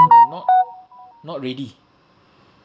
I'm not not ready